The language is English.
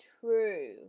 true